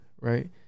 right